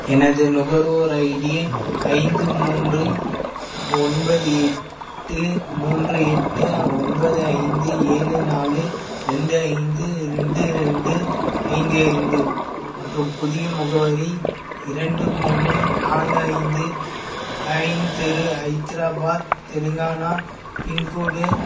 எனது நுகர்வோர் ஐடி ஐந்து மூன்று ஒன்பது எட்டு மூன்று எட்டு ஒன்பது ஐந்து ஏழு நாலு ரெண்டு ஐந்து ரெண்டு ரெண்டு ஐந்து ஐந்து மற்றும் புதிய முகவரி இரண்டு மூணு நாலு ஐந்து பைன் தெரு ஹைத்ராபாத் தெலுங்கானா பின்கோடு